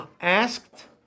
asked